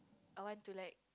I want to let